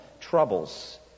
troubles